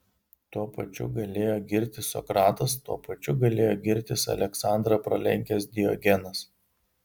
tuo pačiu galėjo girtis sokratas tuo pačiu galėjo girtis aleksandrą pralenkęs diogenas